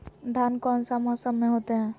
धान कौन सा मौसम में होते है?